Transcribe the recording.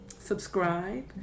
subscribe